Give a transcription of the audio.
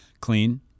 clean